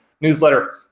newsletter